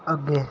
ਅੱਗੇ